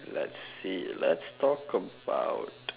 let's see let's talk about